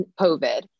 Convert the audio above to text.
COVID